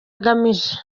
agamije